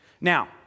Now